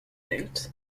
denkt